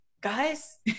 guys